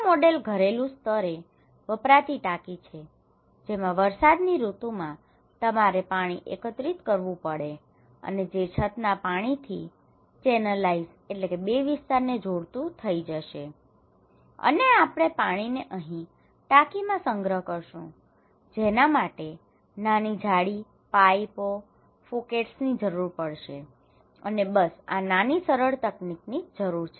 આ મોડેલ ઘરેલુ સ્તરે વપરાતી ટાંકી છે જેમાં વરસાદની ઋતુમાં તમારે પાણી એકત્રિત કરવું પડે અને જે છતનાં પાણીથી ચેનલાઇઝ channelize બે વિસ્તારોને જોડતું થઈ જશે અને આપણે પાણીને અહીં ટાંકીમાં સંગ્રહ કરીશું જેના માટે નાની જાળી પાઈપો અને ફુકેટ્સની જરૂર પડશે અને બસ આ નાની સરળ તકનિકની જ જરૂર છે